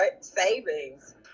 savings